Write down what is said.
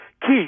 Keith